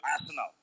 Arsenal